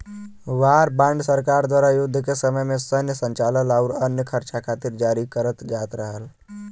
war bond सरकार द्वारा युद्ध के समय में सैन्य संचालन आउर अन्य खर्चा खातिर जारी करल जात रहल